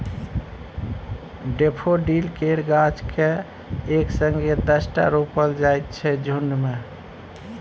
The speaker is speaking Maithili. डेफोडिल केर गाछ केँ एक संगे दसटा रोपल जाइ छै झुण्ड मे